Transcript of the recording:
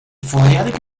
vorherige